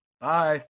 Bye